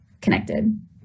connected